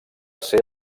ser